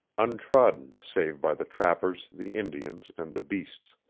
untrodden save by the trappers, the indians, and the beasts.